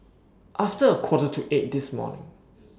after A Quarter to eight This morning